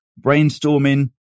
brainstorming